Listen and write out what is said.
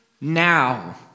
now